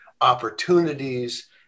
opportunities